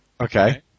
okay